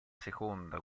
seconda